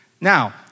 Now